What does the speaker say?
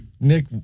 Nick